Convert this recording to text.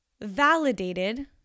validated